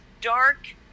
dark